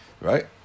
Right